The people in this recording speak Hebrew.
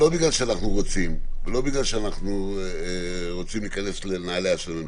לא בגלל שאנחנו רוצים ולא בגלל שאנחנו רוצים להיכנס לנעליה של הממשלה.